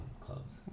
clubs